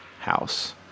house